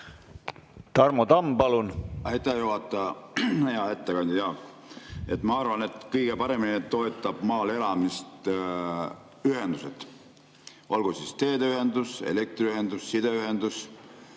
Tarmo Tamm, palun!